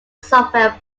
software